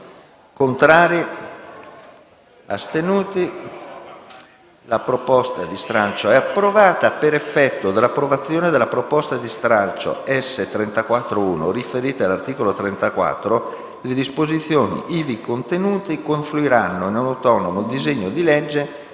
presentata dalla Commissione. È approvata. Per effetto dell’approvazione della proposta di stralcio S34.1, riferita all’articolo 34, le disposizioni ivi contenute confluiranno in un autonomo disegno di legge